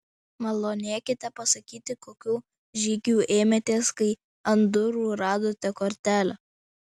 malonėkite pasakyti kokių žygių ėmėtės kai ant durų radote kortelę